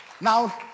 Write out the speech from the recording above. Now